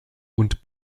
und